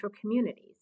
communities